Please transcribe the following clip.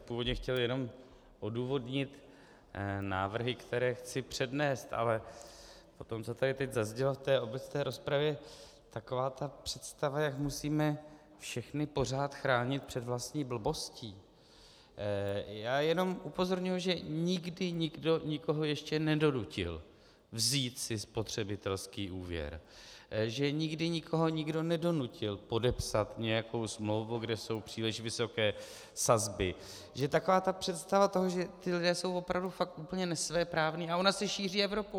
Původně jsem chtěl jenom odůvodnit návrhy, které chci přednést, ale po tom, co tady teď zaznělo v obecné rozpravě, taková ta představa, jak musíme pořád všechny chránit před vlastní blbostí já jenom upozorňuji, že nikdy nikdo nikoho ještě nedonutil vzít si spotřebitelský úvěr, že nikdy nikoho nikdo nedonutil podepsat nějakou smlouvu, kde jsou příliš vysoké sazby, že taková ta představa toho, že ti lidé jsou opravdu fakt úplně nesvéprávní a ona se šíří Evropou.